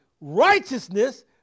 Righteousness